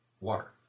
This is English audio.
water